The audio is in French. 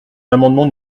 l’amendement